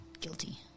guilty